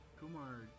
Kumar